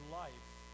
life